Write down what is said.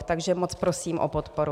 Takže moc prosím o podporu.